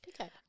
Okay